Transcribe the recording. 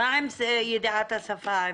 מה עם ידיעת השפה העברית?